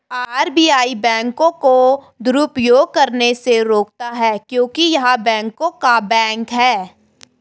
RBI बैंकों को दुरुपयोग करने से रोकता हैं क्योंकि य़ह बैंकों का बैंक हैं